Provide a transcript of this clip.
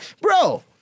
bro